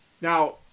Now